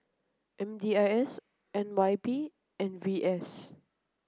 M D I S N Y P and V S